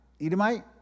Edomite